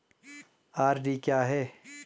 RD क्या है?